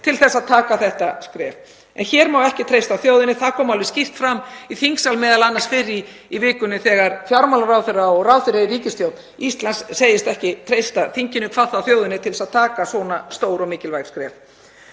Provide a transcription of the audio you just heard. til að stíga þetta skref. En hér má ekki treysta þjóðinni, það kom alveg skýrt fram í þingsal, m.a. fyrr í vikunni þegar fjármálaráðherra og ráðherra í ríkisstjórn Íslands segist ekki treysta þinginu, hvað þá þjóðinni, til þess að stíga svona stór og mikilvæg skref.